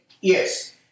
Yes